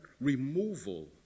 removal